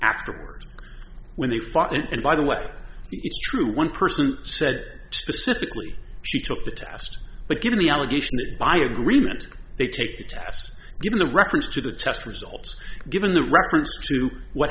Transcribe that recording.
afterward when they fought and by the way true one person said specifically she took the test but given the allegation by agreement they take the tests given the reference to the test results given the reference to what